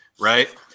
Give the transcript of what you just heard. right